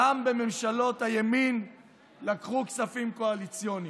גם בממשלות הימין לקחו כספים קואליציוניים.